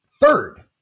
third